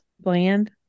bland